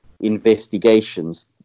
investigations